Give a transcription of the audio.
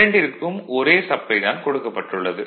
இரண்டிற்கும் ஒரே சப்ளை தான் கொடுக்கப்பட்டு உள்ளது